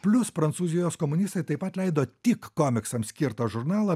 plius prancūzijos komunistai taip pat leido tik komiksams skirtą žurnalą